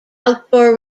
outdoor